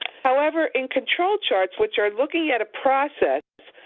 however, in control charts, which are looking at a process,